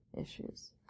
issues